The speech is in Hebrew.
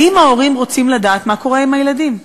האם ההורים רוצים לדעת מה קורה עם הילדים?